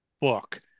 book